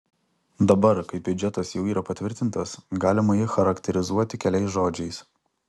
dabar kai biudžetas jau yra patvirtintas galima jį charakterizuoti keliais žodžiais